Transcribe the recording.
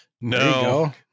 No